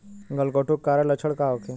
गलघोंटु के कारण लक्षण का होखे?